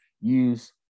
use